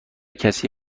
کسی